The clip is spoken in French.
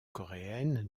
coréenne